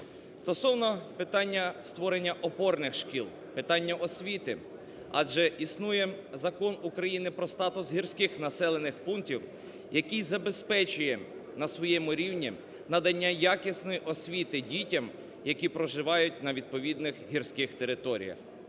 Стосовно питання створення опорних шкіл, питання освіти. Адже існує Закон України "Про статус гірських населених пунктів", який забезпечує на своєму рівні надання якісної освіти дітям, які проживають на відповідних гірських територіях.